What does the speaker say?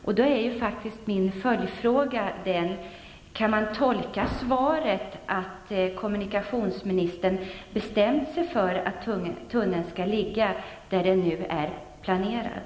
Jag vill därför ställa en följdfråga. Kan man tolka svaret som att kommunikationsministern har bestämt sig för att tunneln skall ligga på det ställe som man nu har planerat?